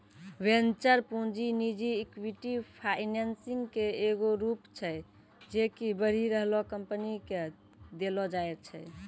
venture पूंजी निजी equity financing के एगो रूप छै जे कि बढ़ि रहलो कंपनी के देलो जाय छै